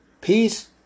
Peace